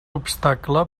obstacle